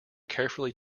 carefully